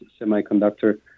semiconductor